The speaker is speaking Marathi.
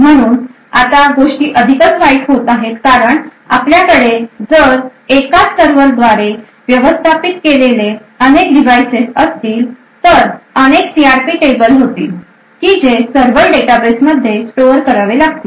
म्हणून आता गोष्टी अधिकच वाईट होत आहेत कारण आपल्याकडे जर एकाच सर्व्हरद्वारे व्यवस्थापित केलेली अनेक डिव्हाइस असतील तर अनेक सी आर पी टेबल होतील की जे सर्व्हर डेटाबेसमध्ये स्टोअर करावे लागतील